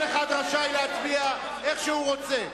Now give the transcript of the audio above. כל אחד רשאי להצביע איך שהוא רוצה.